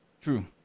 True